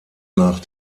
nach